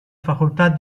facoltà